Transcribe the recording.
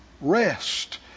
rest